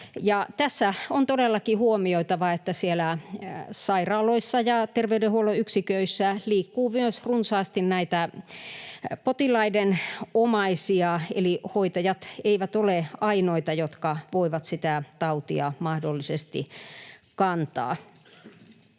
Tässä on todellakin huomioitava, että sairaaloissa ja terveydenhuollon yksiköissä liikkuu runsaasti myös potilaiden omaisia, eli hoitajat eivät ole ainoita, jotka voivat sitä tautia mahdollisesti kantaa.